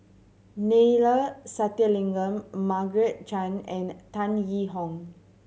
Neila Sathyalingam Margaret Chan and Tan Yee Hong